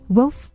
Wolf